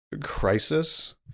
crisis